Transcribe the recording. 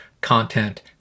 content